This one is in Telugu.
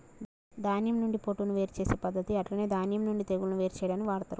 ధాన్యం నుండి పొట్టును వేరు చేసే పద్దతి అట్లనే ధాన్యం నుండి తెగులును వేరు చేయాడానికి వాడతరు